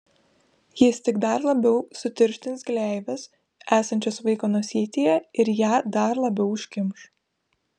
jis tik dar labiau sutirštins gleives esančias vaiko nosytėje ir ją dar labiau užkimš